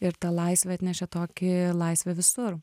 ir ta laisvė atnešė tokį laisvę visur